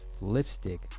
lipstick